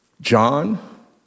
John